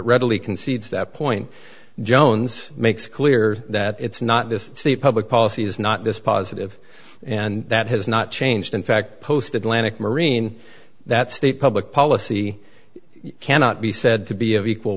readily concedes that point jones makes clear that it's not this c public policy is not dispositive and that has not changed in fact posted land in that state public policy cannot be said to be of equal